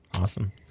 Awesome